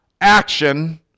action